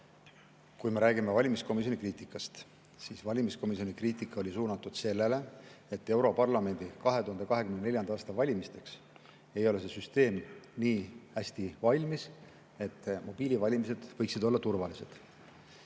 Kui me räägime valimiskomisjoni kriitikast, siis [täpsustan, et] valimiskomisjoni kriitika oli suunatud sellele, et europarlamendi 2024. aasta valimisteks ei ole see süsteem nii hästi valmis, et mobiiliga valimine võiks olla turvaline.